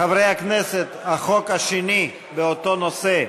חברי הכנסת, החוק השני באותו נושא: